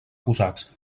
cosacs